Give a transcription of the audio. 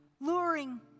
luring